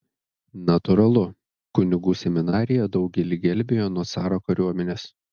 natūralu kunigų seminarija daugelį gelbėjo nuo caro kariuomenės